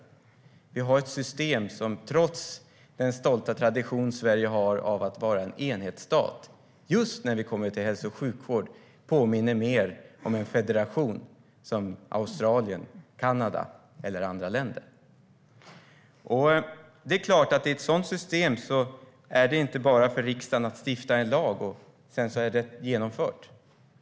Just när vi kommer till hälso och sjukvård har vi i Sverige, trots den stolta tradition som vi har av att vara en enhetsstat, ett system som gör att Sverige påminner mer om en federation som Australien, Kanada eller andra länder. Det är klart att med ett sådant system är det inte bara för riksdagen att stifta en lag och att det sedan är genomfört.